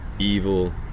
evil